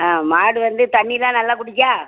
ஆ மாடு வந்து தண்ணியெலாம் நல்லா குடிக்கா